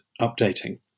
updating